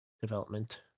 development